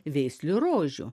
veislių rožių